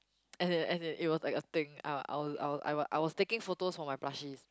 and it and it it was like a thing uh I wa~ I wa~ I was taking photo for my plushies